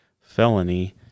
felony